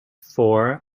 for